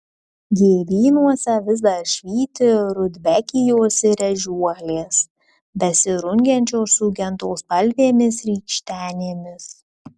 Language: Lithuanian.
gėlynuose vis dar švyti rudbekijos ir ežiuolės besirungiančios su geltonspalvėmis rykštenėmis